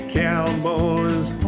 cowboys